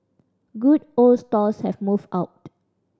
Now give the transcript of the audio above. good old stalls have moved out